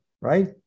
right